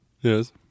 Yes